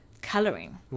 coloring